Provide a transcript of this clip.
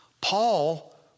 Paul